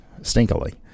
stinkily